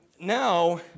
now